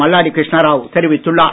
மல்லாடி கிருஷ்ணராவ் தெரிவித்துள்ளார்